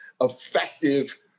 effective